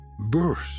burst